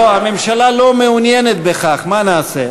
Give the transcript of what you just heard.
לא, הממשלה לא מעוניינת בכך, מה נעשה?